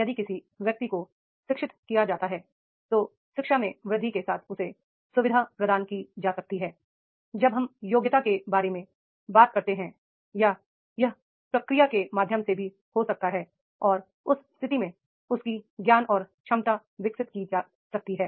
यदि किसी व्यक्ति को शिक्षित किया जाता है तो शिक्षा में वृद्धि के साथ उसे सुविधा प्रदान की जा सकती है जब हम योग्यता के बारे में बात करते हैं या यह प्रक्रिया के माध्यम से भी हो सकता है और उस स्थिति में उसकी ज्ञान और क्षमता विकसित की जा सकती है